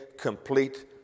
complete